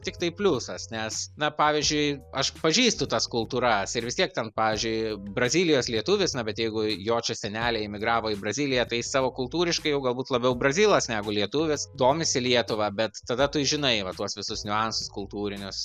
tik tai pliusas nes na pavyzdžiui aš pažįstu tas kultūras ir vis tiek ten pavyžiui brazilijos lietuvis na bet jeigu jo čia seneliai emigravo į braziliją tai jis savo kultūriškai jau galbūt labiau brazilas negu lietuvis domisi lietuva bet tada tu žinai va tuos visus niuansus kultūrinius